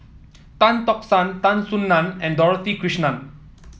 Tan Tock San Tan Soo Nan and Dorothy Krishnan